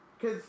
cause